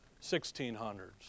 1600s